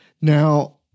Now